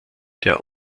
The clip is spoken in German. der